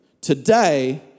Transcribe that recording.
Today